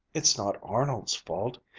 it's not arnold's fault.